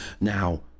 Now